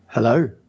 hello